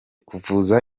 kuvuza